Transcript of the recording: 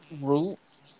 roots